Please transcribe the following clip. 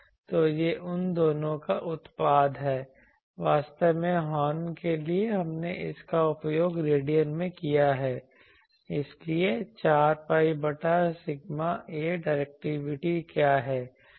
तो यह इन दोनों का उत्पाद है वास्तव में हॉर्न के लिए हमने इसका उपयोग रेडियन में किया है इसलिए 4 pi बटा सिग्मा A डायरेक्टिविटी क्या है